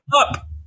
up